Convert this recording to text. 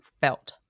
felt